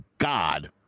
God